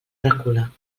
recula